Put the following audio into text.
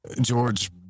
George